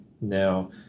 now